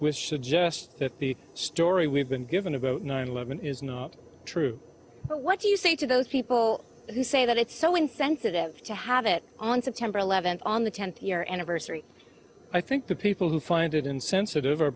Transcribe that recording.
suggests that the story we've been given about nine eleven is not true what do you say to those people who say that it's so insensitive to have it on september eleventh on the tenth year anniversary i think the people who find it insensitive are